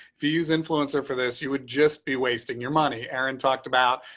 if you use influencer for this, you would just be wasting your money, aaron talked about,